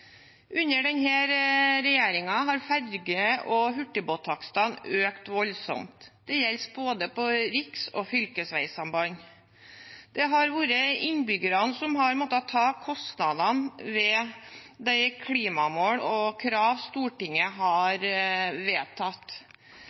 Under denne regjeringen har ferge- og hurtigbåttakstene økt voldsomt. Det gjelder på både riks- og fylkesveisamband. Det er innbyggerne som har måttet ta kostnadene ved de klimamål og -krav Stortinget har vedtatt.